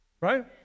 right